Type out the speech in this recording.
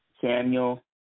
Samuel